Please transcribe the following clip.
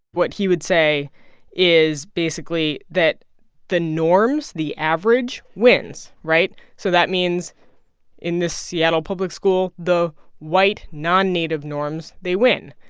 what he would say is, basically, that the norms the average wins, right? so that means in this seattle public school, the white, non-native norms they win.